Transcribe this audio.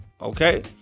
Okay